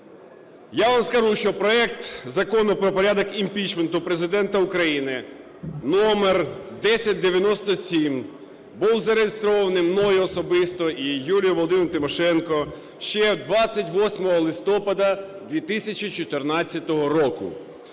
Я вам скажу, що проект Закону про порядок імпічменту Президента України №1097 був зареєстрований мною особисто і Юлією Володимирівною Тимошенко ще 28 листопада 2014 року.